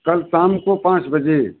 कल शाम को पाँच बजे